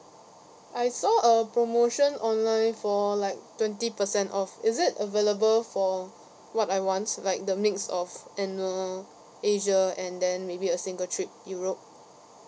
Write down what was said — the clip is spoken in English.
I saw a promotion online for like twenty percent off is it available for what I want like the mix of annual asia and then maybe a single trip europe